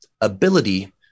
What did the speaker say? ability